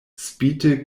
spite